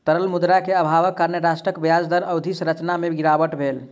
तरल मुद्रा के अभावक कारण राष्ट्रक ब्याज दर अवधि संरचना में गिरावट भेल